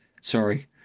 Sorry